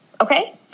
okay